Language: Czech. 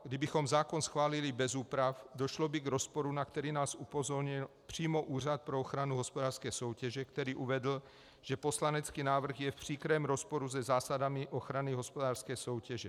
Kdybychom zákon schválili bez úprav, došlo by k rozporu, na který nás upozornil přímo Úřad pro ochranu hospodářské soutěže, který uvedl, že poslanecký návrh je v příkrém rozporu se zásadami ochrany hospodářské soutěže.